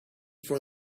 for